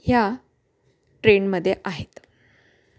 ह्या ट्रेंडमध्ये आहेत